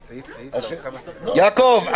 יעקב,